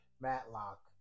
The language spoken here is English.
Matlock